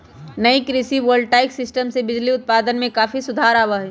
नई कृषि voltaic system से बिजली उत्पादन में काफी सुधार आवा हई